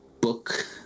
book